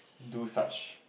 do such